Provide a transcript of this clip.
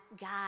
God